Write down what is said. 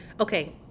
okay